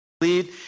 ...lead